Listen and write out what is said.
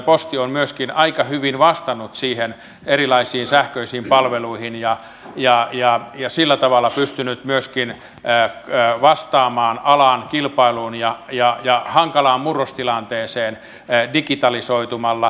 posti on myöskin aika hyvin vastannut siihen erilaisiin sähköisiin palveluihin ja sillä tavalla pystynyt myöskin vastaamaan alan kilpailuun ja hankalaan murrostilanteeseen digitalisoitumalla